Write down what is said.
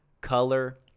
color